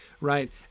right